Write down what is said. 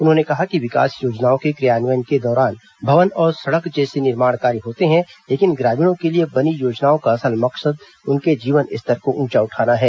उन्होंने कहा कि विकास योजनाओं को क्रियान्वयन के दौरान भवन और सड़क जैसे निर्माण कार्य होते हैं लेकिन ग्रामीणों के लिए बनी योजनाओं का असल मकसद उनके जीवन स्तर को ऊंचा उठाना है